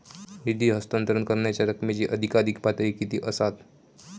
निधी हस्तांतरण करण्यांच्या रकमेची अधिकाधिक पातळी किती असात?